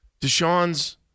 Deshaun's